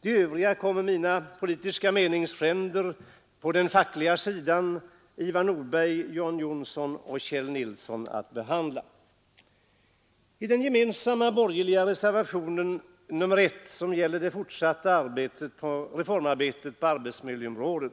De övriga kommer mina politiska meningsfränder på den fackliga sidan Ivar Nordberg, John Johnsson och Kjell Nilsson att behandla. I den gemensamma borgerliga reservationen nr 1, som gäller det fortsatta reformarbetet på arbetsmiljöområdet,